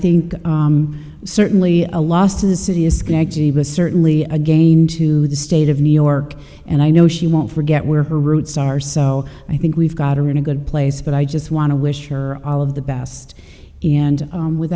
think certainly a lost of the city is scraggy was certainly again to the state of new york and i know she won't forget where her roots are so i think we've got her in a good place but i just want to wish her all of the best and with